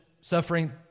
suffering